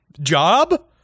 job